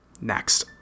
Next